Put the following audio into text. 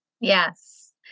Yes